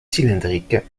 cylindriques